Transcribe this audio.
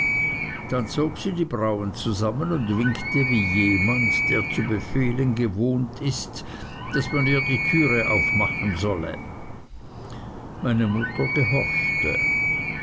dann zog sie die brauen zusammen und winkte wie jemand der zu befehlen gewohnt ist daß man ihr die türe aufmachen solle meine mutter gehorchte